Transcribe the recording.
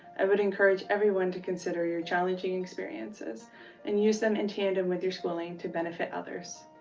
i would encourage everyone to consider your challenging experiences and use them in tandem with your schooling to benefit others.